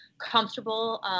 comfortable